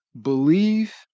Believe